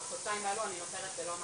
ובחודשיים האלה אני נותרת ללא מענה.